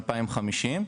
2050,